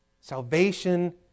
Salvation